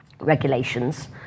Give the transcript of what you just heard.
regulations